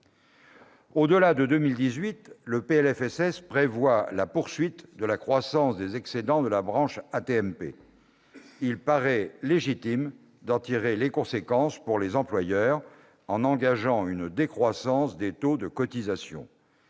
Au-delà de 2018, le PLFSS prévoit la poursuite de la croissance des excédents de la branche AT-MP. Il paraît légitime d'en tirer les conséquences pour les employeurs, en engageant une décroissance des taux de cotisation.